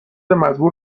مزبور